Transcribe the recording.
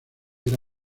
era